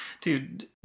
dude